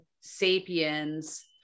Sapiens